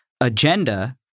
agenda